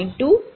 20